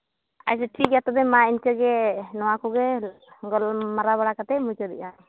ᱟᱪᱪᱷᱟ ᱴᱷᱤᱠᱜᱮᱭᱟ ᱛᱚᱵᱮ ᱢᱟ ᱤᱱᱠᱟᱹ ᱜᱮ ᱱᱚᱣᱟ ᱠᱚᱜᱮ ᱜᱟᱞᱢᱟᱨᱟᱣ ᱵᱟᱲᱟ ᱠᱟᱛᱮᱫ ᱢᱩᱪᱟᱹᱫᱮᱜᱼᱟ